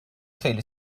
خیلی